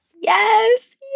Yes